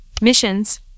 missions